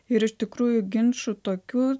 ir iš tikrųjų ginčų tokių